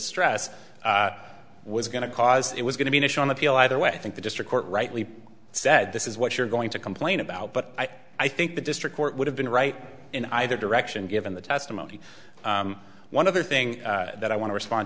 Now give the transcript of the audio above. stress was going to cause it was going to be mission on appeal either way think the district court rightly said this is what you're going to complain about but i think the district court would have been right in either direction given the testimony one other thing that i want to respond